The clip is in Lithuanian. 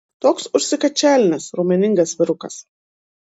toks užsikačialinęs raumeningas vyrukas